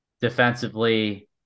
defensively